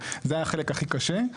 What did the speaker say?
זה החלק הכי קשה,